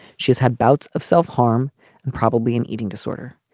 she has had bouts of self-harm and probably an eating disorder.